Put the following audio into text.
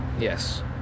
Yes